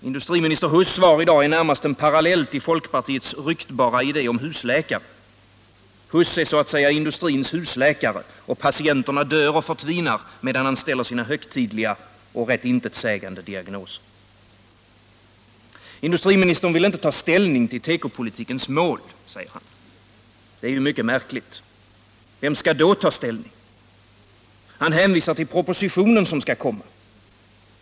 Industriministern Erik Huss svar i dag är närmast en parallell till folkpartiets ryktbara idé om husläkare. Erik Huss är så att säga industrins husläkare, och patienterna förtvinar och dör medan han ställer sina högtidliga och rätt intetsägande diagnoser. Industriministern vill inte ta ställning till tekopolitikens mål, säger han. Det är mycket märkligt. Vem skall då ta ställning? Industriministern hänvisar till propositionen som skall komma.